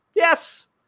Yes